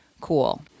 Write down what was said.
cool